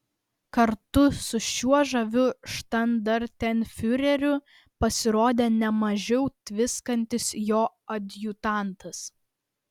kartu su šiuo žaviu štandartenfiureriu pasirodė ne mažiau tviskantis jo adjutantas